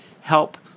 help